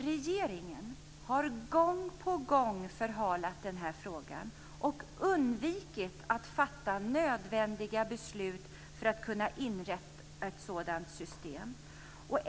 Regeringen har gång på gång förhalat denna fråga och undvikit att fatta de beslut som är nödvändiga för att man ska kunna inrätta ett sådant system.